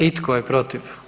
I tko je protiv?